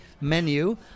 menu